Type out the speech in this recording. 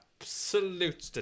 absolute